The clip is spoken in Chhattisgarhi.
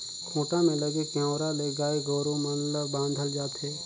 खूंटा में लगे गेरवा ले गाय गोरु मन ल बांधल जाथे